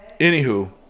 anywho